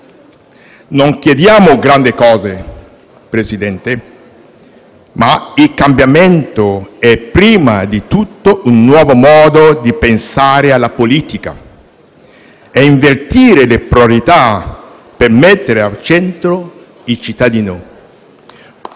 Non chiediamo grandi cose, signor Presidente, ma il cambiamento è prima di tutto un nuovo modo di pensare alla politica: è invertire le priorità, per mettere al centro il cittadino.